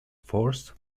force